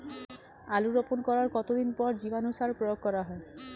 আলু রোপণ করার কতদিন পর জীবাণু সার প্রয়োগ করা হয়?